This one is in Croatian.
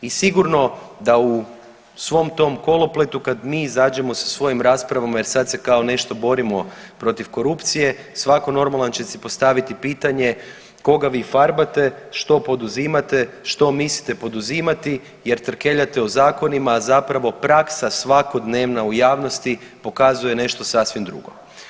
I sigurno da u svom tom kolopletu kad mi izađemo sa svojim rasprava jer sad se kao nešto borimo protiv korupcije svako normalan će si postaviti pitanje koga vi farbate, što poduzimate, što mislite poduzimati jer trkeljate o zakonima, a zapravo praksa svakodnevna u javnosti pokazuje nešto sasvim drugo.